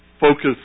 focus